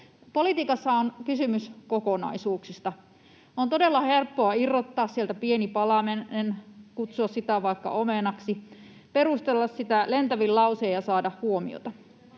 Politiikassa on kysymys kokonaisuuksista. On todella helppoa irrottaa sieltä pieni palanen, kutsua sitä vaikka omenaksi, perustella sitä lentävin lausein ja saada huomiota.